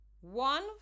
One